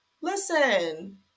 Listen